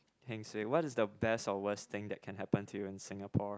heng suay what's the best or worst thing that can happen to you in Singapore